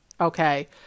Okay